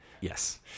Yes